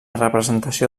representació